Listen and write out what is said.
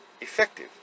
effective